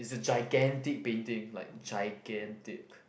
is a gigantic painting like gigantic